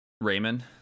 Raymond